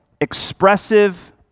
expressive